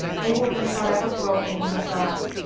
they will be forever groping in the dark.